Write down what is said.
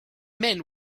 men